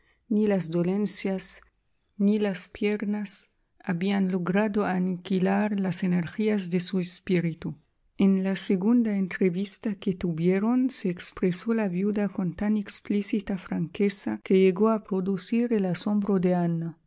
ni las dolencias ni las ñas habían logrado aniquilar las energías de espíritu en la segunda entrevista que tuvieron se expresó la viuda con tan explícita franqueza que llegó a producir el